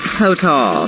total